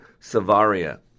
Savaria